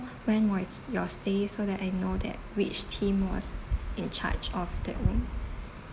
when was your stay so that I know that which team was in charge of that room